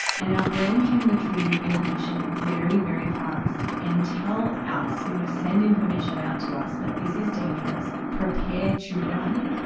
and our brain can retrieve information very, very fast, and tell us, you know, send information out to us that this is dangerous prepare to run,